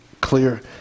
clear